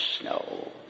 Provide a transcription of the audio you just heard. snow